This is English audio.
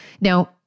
Now